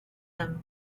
them